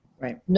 Right